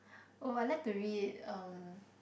oh I like to read um